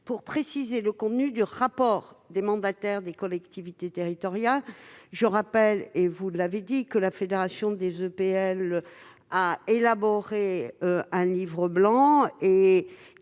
pour préciser le contenu du rapport des mandataires des collectivités territoriales. Vous l'avez dit, la Fédération des EPL a élaboré un Livre blanc très